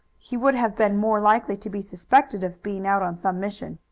he would have been more likely to be suspected of being out on some mission.